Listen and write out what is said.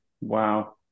Wow